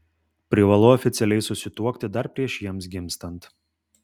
privalu oficialiai susituokti dar prieš jiems gimstant